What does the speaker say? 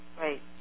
Right